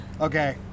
Okay